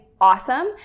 awesome